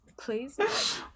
Please